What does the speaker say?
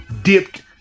dipped